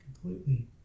completely